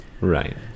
right